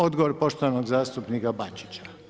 Odgovor poštovanog zastupnika Bačića.